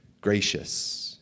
gracious